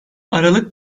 aralık